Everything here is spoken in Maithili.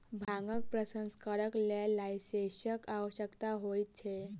भांगक प्रसंस्करणक लेल लाइसेंसक आवश्यकता होइत छै